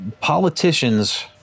Politicians